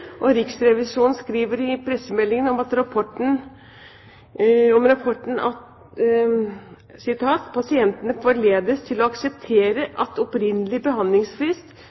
2009–2010. Riksrevisjonen skriver i pressemeldingen om rapporten: «Pasientene forledes til å akseptere at opprinnelig behandlingsfrist,